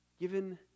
given